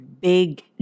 big